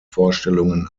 vorstellungen